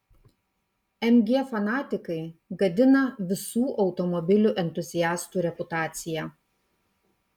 mg fanatikai gadina visų automobilių entuziastų reputaciją